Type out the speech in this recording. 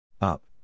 up